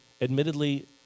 admittedly